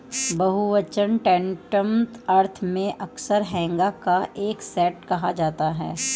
बहुवचन टैंटम अर्थ में अक्सर हैगा का एक सेट कहा जाता है